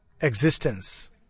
existence